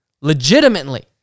legitimately